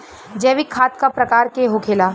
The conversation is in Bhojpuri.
जैविक खाद का प्रकार के होखे ला?